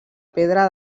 pedra